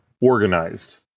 organized